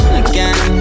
again